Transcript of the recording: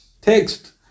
text